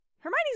Hermione's